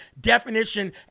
definition